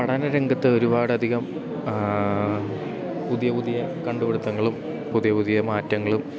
പഠന രംഗത്ത് ഒരുപാടധികം പുതിയ പുതിയ കണ്ടുപിടുത്തങ്ങളും പുതിയ പുതിയ മാറ്റങ്ങളും